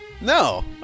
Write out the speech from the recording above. no